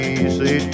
easy